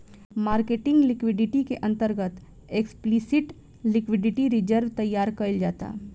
marketing liquidity के अंतर्गत explicit liquidity reserve तैयार कईल जाता